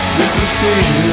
disappear